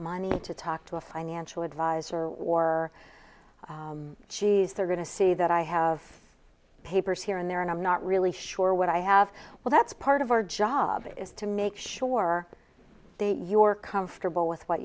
money to talk to a financial adviser or cheese they're going to see that i have papers here and there and i'm not really sure what i have well that's part of our job is to make sure you're comfortable with what